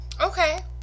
Okay